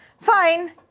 Fine